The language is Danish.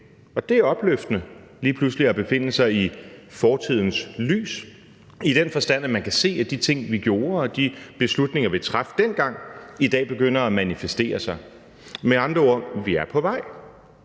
og det er opløftende lige pludselig at befinde sig i fortidens lys, i den forstand at man kan se, at de ting, som vi gjorde, og de beslutninger, som vi traf dengang, i dag begynder at manifestere sig. Med andre ord: Vi er på vej.